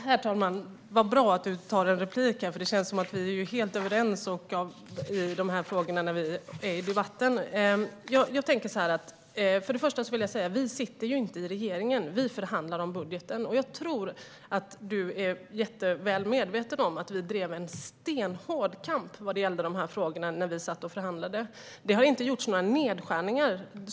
Herr talman! Det är bra att du begär replik, för det känns som att vi är helt överens i dessa frågor i debatten. För det första vill jag säga att vi inte sitter i regeringen - vi förhandlar om budgeten. Jag tror att du är väl medveten om att vi drev en stenhård kamp i dessa frågor när vi satt och förhandlade. Det har ju faktiskt inte gjorts några nedskärningar.